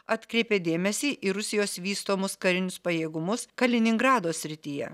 atkreipė dėmesį į rusijos vystomus karinius pajėgumus kaliningrado srityje